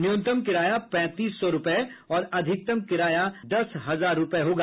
न्यूनतम किराया पैंतीस सौ और अधिकतम किराया दस हजार रूपये होगा